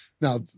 Now